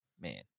Man